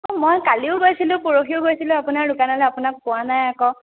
অঁ মই কালিও গৈছিলোঁ পৰহিও গৈছিলোঁ আপোনাৰ দোকানলে আপোনাক পোৱা নাই আকৌ